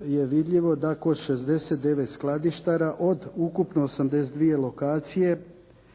je vidljivo da kod 69 skladištara od ukupno 82 lokacije